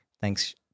Thanks